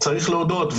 צריך להודות,